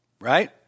right